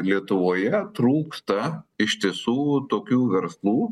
lietuvoje trūksta iš tiesų tokių verslų